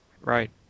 Right